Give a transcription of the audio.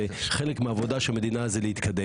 וחלק מעבודה של מדינה זה להתקדם.